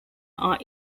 are